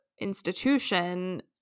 institution